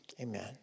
Amen